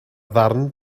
ddarn